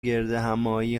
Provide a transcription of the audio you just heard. گردهمآیی